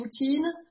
routine